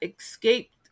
escaped